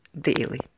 daily